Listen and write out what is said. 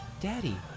Daddy